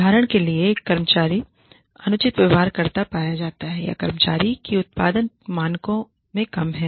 उदाहरण के लिए एक कर्मचारी अनुचित व्यवहार करता पाया जाता है या कर्मचारी की उत्पादकता मानकों से कम है